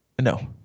No